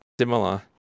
similar